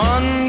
One